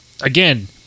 again